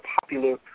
popular